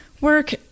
work